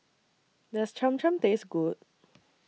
Does Cham Cham Taste Good